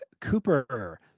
Cooper